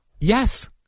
Yes